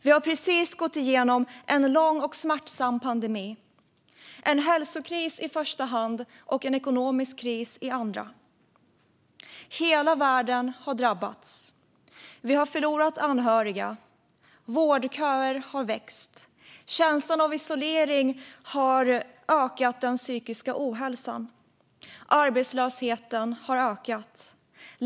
Vi har precis gått igenom en lång och smärtsam pandemi - en hälsokris i första hand, en ekonomisk kris i andra hand. Hela världen har drabbats. Vi har förlorat anhöriga. Vårdköer har växt. Känslan av isolering har ökat den psykiska ohälsan. Arbetslösheten har ökat.